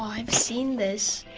um i've seen this.